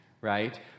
right